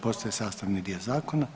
Postaje sastavni dio zakona.